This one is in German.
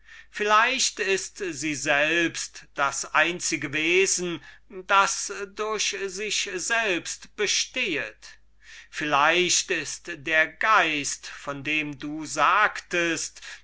vielleicht ist sie selbst das einzige wesen das durch sich selbst bestehet vielleicht ist der geist von dem du sagtest